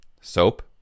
Soap